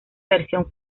versión